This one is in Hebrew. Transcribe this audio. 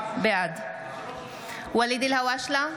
בעד ואליד אלהואשלה,